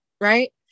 right